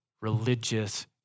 religious